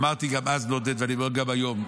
אמרתי גם אז לעודד ואני אומר גם היום,